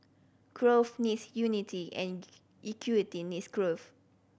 growth needs unity and equity needs growth